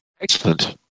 Excellent